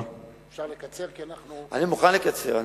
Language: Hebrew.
אפשר לקצר, כי אנחנו, אני מוכן לקצר.